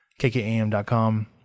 KKAM.com